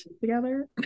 together